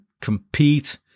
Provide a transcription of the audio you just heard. compete